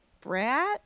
brat